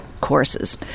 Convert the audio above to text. courses